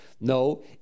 No